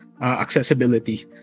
accessibility